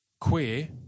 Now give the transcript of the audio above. queer